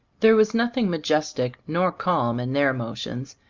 there was nothing ma jestic nor calm in their motions,